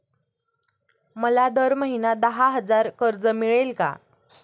मला दर महिना दहा हजार कर्ज मिळेल का?